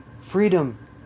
freedom